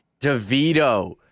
DeVito